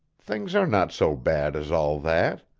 things are not so bad as all that.